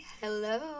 hello